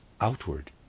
outward